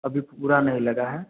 अभी पूरा नहीं लगा है